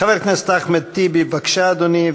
חבר הכנסת אחמד טיבי, בבקשה, אדוני.